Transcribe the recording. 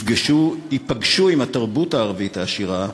ייפגשו עם התרבות הערבית העשירה,